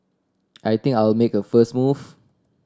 I think I'll make a first move